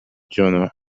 дьоно